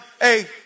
Hey